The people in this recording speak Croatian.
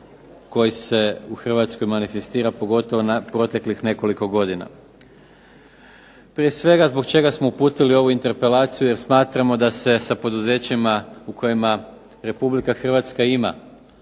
koji se u Hrvatskoj manifestira, pogotovo proteklih nekoliko godina. Prije svega, zbog čega smo uputili ovu interpelaciju? Jer smatramo da se sa poduzećima u kojima Republika Hrvatska ima